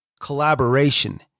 collaboration